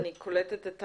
אני קולטת את